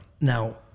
Now